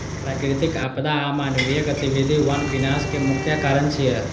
प्राकृतिक आपदा आ मानवीय गतिविधि वन विनाश के मुख्य कारण छियै